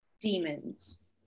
demons